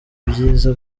ibyiza